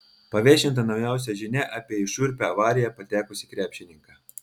paviešinta naujausia žinia apie į šiurpią avariją patekusį krepšininką